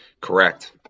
Correct